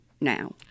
now